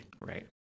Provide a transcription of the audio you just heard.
right